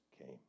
came